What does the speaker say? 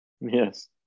Yes